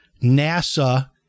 NASA